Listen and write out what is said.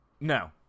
No